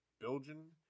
Belgian